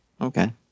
Okay